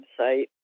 website